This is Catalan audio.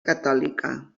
catòlica